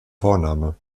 vorname